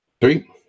Three